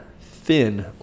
thin